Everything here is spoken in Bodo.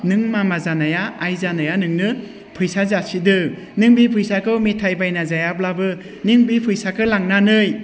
नों मामा जानाया आइ जानाया नोंनो फैसा जासिदों नों बे फैसाखौ मिथाय बायना जायाब्लाबो नों बे फैसाखो लांनानै